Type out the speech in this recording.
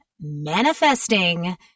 manifesting